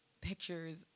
pictures